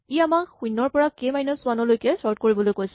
ই আমাক শূণ্যৰ পৰা কে মাইনাচ ৱান লৈকে চৰ্ট কৰিবলৈ কৈছে